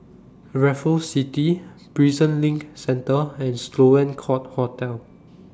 Raffles City Prison LINK Centre and Sloane Court Hotel